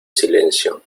silencio